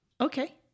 Okay